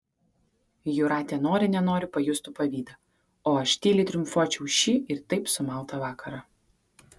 jūratė nori nenori pajustų pavydą o aš tyliai triumfuočiau šį ir taip sumautą vakarą